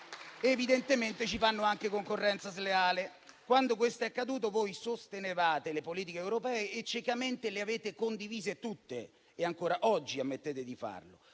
evidentemente ci fanno anche concorrenza sleale. Quando questo è accaduto, voi sostenevate le politiche europee e ciecamente le avete condivise tutte e ancora oggi ammettete di farlo.